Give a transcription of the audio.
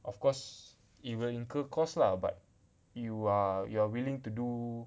of course it will include cost lah but you are you are willing to do